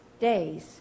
days